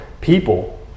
People